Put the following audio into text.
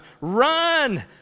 Run